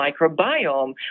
microbiome